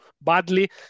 badly